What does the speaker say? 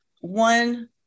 one